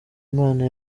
imana